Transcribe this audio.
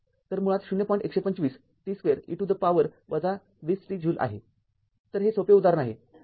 १२५ t २ e to the power २० t joule आहे तर हे सोपे उदाहरण आहे